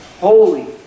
holy